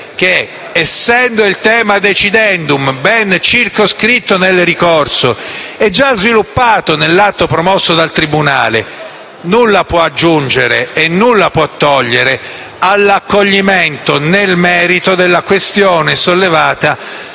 che, essendo il *thema decidendum* ben circoscritto del ricorso e già sviluppato nell'atto promosso dal tribunale, nulla può aggiungere e nulla può togliere all'accoglimento nel merito della questione sollevata